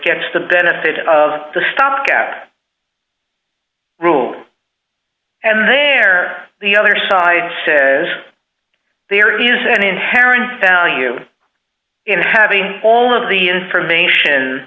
gets the benefit of the stock at room and there the other side says there is an inherent value in having all of the information